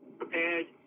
prepared